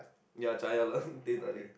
ya teh-tarik